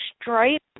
stripe